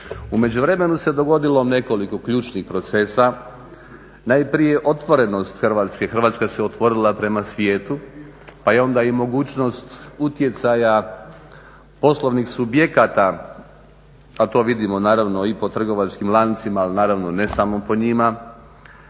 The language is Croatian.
U međuvremenu se dogodilo nekoliko ključnih procesa, najprije otvorenost Hrvatske, Hrvatska se otvorila prema svijetu pa je onda i mogućnost utjecaja poslovnih subjekata a to vidimo naravno i po trgovačkim lancima, ali naravno ne samo po njima,